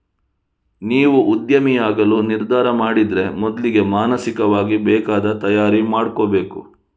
ನೀವು ಉದ್ಯಮಿಯಾಗಲು ನಿರ್ಧಾರ ಮಾಡಿದ್ರೆ ಮೊದ್ಲಿಗೆ ಮಾನಸಿಕವಾಗಿ ಬೇಕಾದ ತಯಾರಿ ಮಾಡ್ಕೋಬೇಕು